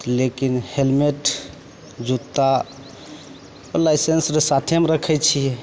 लेकिन हेलमेट जुत्ता आओर लाइसेन्स साथेमे रखै छिए